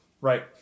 Right